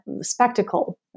spectacle